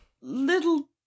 little